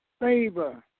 favor